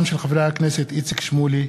של חברי הכנסת איציק שמולי,